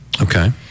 Okay